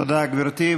תודה, גברתי.